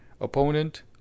Opponent